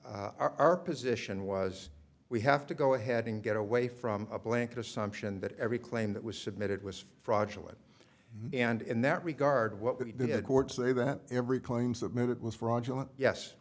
my our position was we have to go ahead and get away from a blanket assumption that every claim that was submitted was fraudulent and in that regard what we did court say that every claim submitted was fraudulent yes